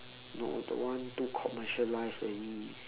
no that one too commercialised already